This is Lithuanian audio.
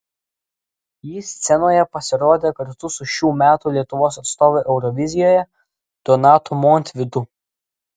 ji scenoje pasirodė kartu su šių metų lietuvos atstovu eurovizijoje donatu montvydu